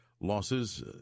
losses